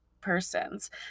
persons